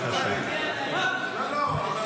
קח, קח --------- לא, לא.